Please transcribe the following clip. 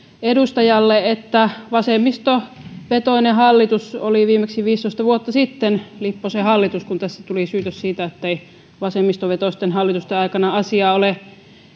että vasemmistovetoinen hallitus oli viimeksi viisitoista vuotta sitten lipposen hallitus kun tässä tuli syytös siitä ettei vasemmistovetoisten hallitusten aikana asiaa ole